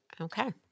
Okay